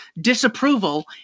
disapproval